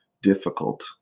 difficult